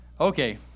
Okay